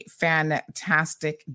fantastic